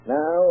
Now